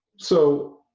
so